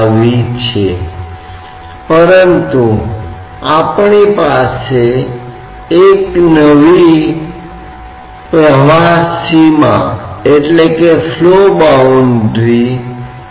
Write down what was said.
फिर किसी अन्य बिंदु पर जो भी दबाव होता है हम उसे गेज दबाव कहते हैं